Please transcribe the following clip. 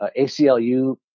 ACLU